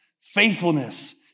faithfulness